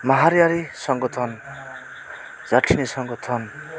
माहारियारि संगतन जाथिनि संगतन